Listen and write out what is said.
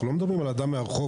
אנחנו לא מדברים על אדם מהרחוב,